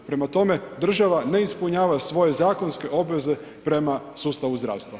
Prema tome, država ne ispunjava svoje zakonske obveze prema sustavu zdravstva.